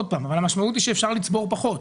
המשמעות היא שאפשר לצבור פחות.